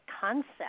concept